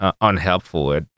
unhelpful